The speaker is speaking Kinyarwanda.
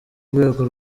rwego